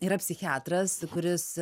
yra psichiatras kuris